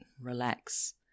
relax